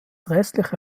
restliche